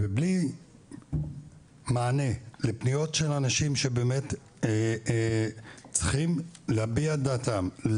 ובלי מענה לפניות של אנשים שבאמת צריכים להביע את דעתם,